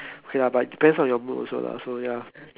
okay lah but depends on your mood also lah so ya